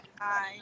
Hi